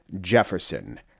Jefferson